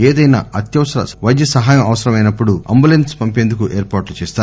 ఏదైనా అత్యవసర వైద్యసాయం అవసరమైనపుడు అంబులెస్స్ పంపేందుకు ఏర్పాట్లు చేస్తారు